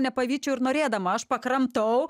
nepavyčiau ir norėdama aš pakramtau